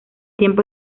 tiempo